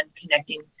connecting